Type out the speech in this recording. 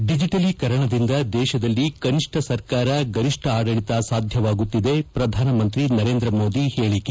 ಡಿಜಿಟಲೀಕರಣದಿಂದ ದೇಶದಲ್ಲಿ ಕನಿಷ್ಣ ಸರ್ಕಾರ ಗರಿಷ್ಣ ಆಡಳಿತ ಸಾಧ್ಯವಾಗುತ್ತಿದೆ ಪ್ರಧಾನಮಂತ್ರಿ ನರೇಂದ್ರ ಮೋದಿ ಹೇಳಿಕೆ